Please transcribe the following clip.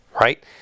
right